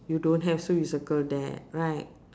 you don't have so you circle that right